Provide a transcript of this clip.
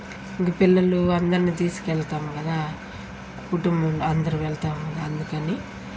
ఇంకా పిల్లలు అందరినీ తీసుకెళ్తాము కదా కుటుంబంలో అందరూ వెళ్తాము అందుకని